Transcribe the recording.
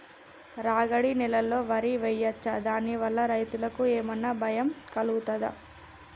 రాగడి నేలలో వరి వేయచ్చా దాని వల్ల రైతులకు ఏమన్నా భయం కలుగుతదా?